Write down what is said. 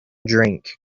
drink